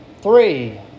Three